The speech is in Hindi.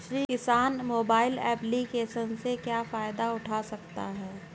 किसान मोबाइल एप्लिकेशन से क्या फायदा उठा सकता है?